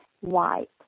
white